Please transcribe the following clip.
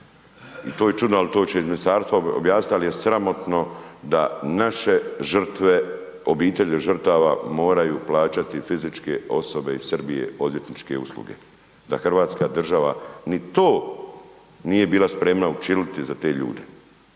i to je čudno, al to će iz ministarstva objasnit, ali je sramotno da naše žrtve, obitelji žrtava moraju plaćati fizičke osobe iz Srbije, odvjetničke usluge, da hrvatska država ni to nije bila spremna učiniti za te ljude